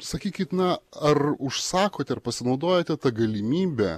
sakykit na ar užsakote ar pasinaudojote ta galimybe